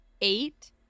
Eight